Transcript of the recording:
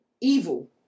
evil